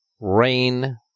rain